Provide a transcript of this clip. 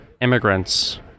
immigrants